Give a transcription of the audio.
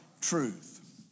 truth